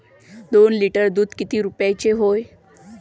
दोन लिटर दुध किती रुप्याचं हाये?